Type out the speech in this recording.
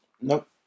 Nope